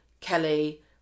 Kelly